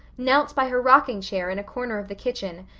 knelt by her rocking chair in a corner of the kitchen,